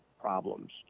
problems